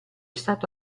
stato